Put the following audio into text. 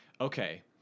okay